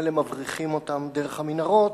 ממילא מבריחים אותם דרך המנהרות,